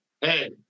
Hey